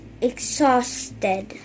exhausted